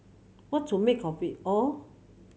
what to make of it all